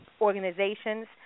organizations